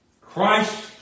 Christ